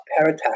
parataxis